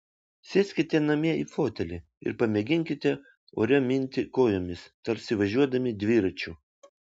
sėskite namie į fotelį ir pamėginkite ore minti kojomis tarsi važiuodami dviračiu